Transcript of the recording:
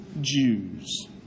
Jews